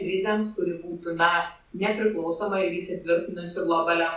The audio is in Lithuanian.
krizėms kuri būtų na nepriklausoma ir įsitvirtinusi globalia